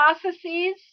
processes